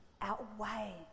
outweigh